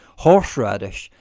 horse-radish,